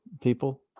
people